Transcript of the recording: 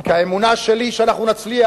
כי האמונה שלי היא שאנחנו נצליח,